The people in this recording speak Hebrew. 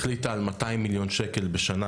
החליטה על 200 מיליון ש"ח בשנה,